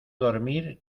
dormir